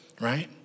right